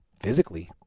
physically